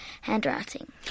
handwriting